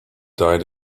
died